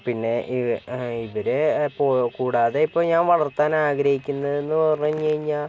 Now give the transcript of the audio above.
പിന്നേ ഇവ ഇവര് കൂടാതേ ഇപ്പോൾ ഞാൻ വളർത്താൻ ആഗ്രഹിക്കുന്നതെന്ന് പറഞ്ഞ് കഴിഞ്ഞാൽ